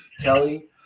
Kelly